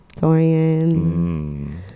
Dorian